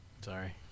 Sorry